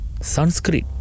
Sanskrit